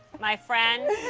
my friend,